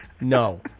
No